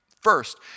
First